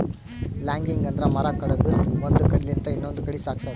logging ಅಂದ್ರ ಮರ ಕಡದು ಒಂದ್ ಕಡಿಲಿಂತ್ ಇನ್ನೊಂದ್ ಕಡಿ ಸಾಗ್ಸದು